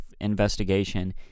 investigation